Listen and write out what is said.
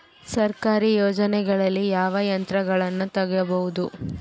ಸರ್ಕಾರಿ ಯೋಜನೆಗಳಲ್ಲಿ ಯಾವ ಯಂತ್ರಗಳನ್ನ ತಗಬಹುದು?